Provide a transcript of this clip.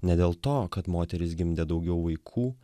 ne dėl to kad moterys gimdė daugiau vaikų